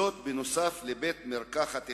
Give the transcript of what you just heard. זאת בנוסף לבית-מרקחת אחד,